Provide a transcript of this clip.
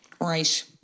Right